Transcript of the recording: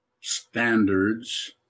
Standards